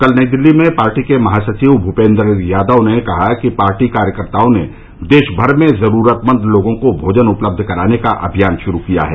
कल नई दिल्ली में पार्टी के महासचिव भूपेन्दर यादव ने कहा कि पार्टी कार्यकर्ताओं ने देशभर में जरूरतमंद लोगों को भोजन उपलब्ध कराने का अभियान श्रू किया है